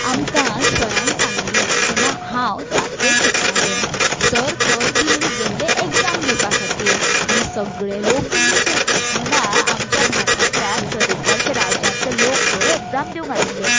आमकां सरान सांगिल्लें जेन्ना हांव सातवेक शिकतालें सर खंय दिल्लीक गेल्ले एग्जाम दिवपा खातीर आनी सगले लोक दिल्लीचे म्हणल्यार आमच्या भारतांतल्या तरेकवार श राज्यांतले लोक थंय एग्जाम दिवंक आयिल्ले